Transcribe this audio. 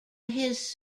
his